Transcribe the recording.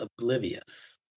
oblivious